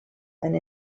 and